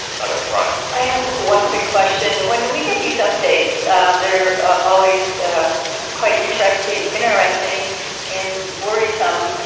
dr. frey. i have one quick question. when we get these updates they're always quite interesting interesting and worrisome.